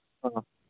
ꯑꯥ